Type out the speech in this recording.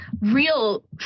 real